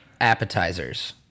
appetizers